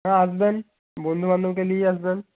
হ্যাঁ আসবেন বন্ধুবান্ধবকে নিয়েই আসবেন